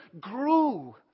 grew